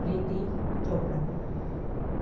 Preeti Chopra